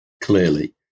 clearly